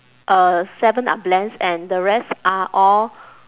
uh seven are blends and the rest are all